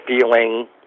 feeling